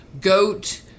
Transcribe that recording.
goat